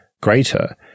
greater